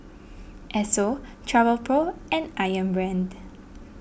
Esso Travelpro and Ayam Brand